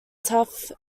tough